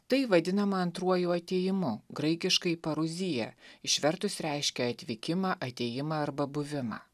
tai vadinama antruoju atėjimu graikiškai paruzija išvertus reiškia atvykimą atėjimą arba buvimą